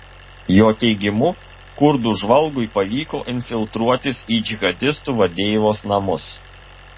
jo teigimu kurdų žvalgui pavyko infiltruotis į džihadistų vadeivos namus